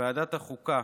בוועדת החוקה,